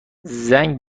زنگ